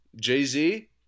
Jay-Z